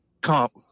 comp